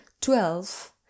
twelve